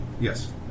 Yes